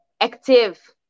active